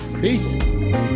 Peace